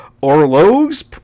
Orlog's